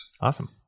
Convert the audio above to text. Awesome